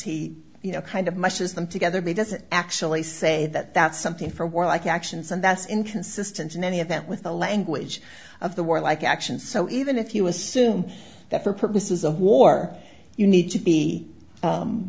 he you know kind of mushes them together he doesn't actually say that that's something for war like actions and that's inconsistent in any event with the language of the war like actions so even if you assume that for purposes of war you need to be